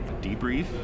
debrief